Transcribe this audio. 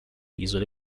isole